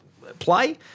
play